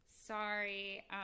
sorry